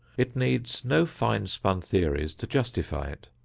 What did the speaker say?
it needs no fine-spun theories to justify it.